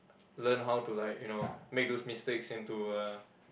learn how to like you know make those mistakes into a